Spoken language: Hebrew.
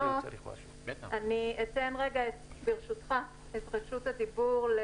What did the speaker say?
אעביר את רשות הדיבור,